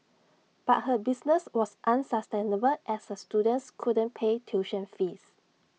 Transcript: but her business was unsustainable as her students couldn't pay tuition fees